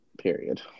period